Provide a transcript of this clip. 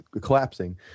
collapsing